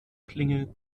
klinge